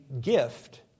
gift